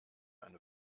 eine